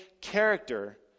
character